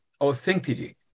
authenticity